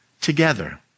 together